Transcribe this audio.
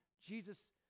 Jesus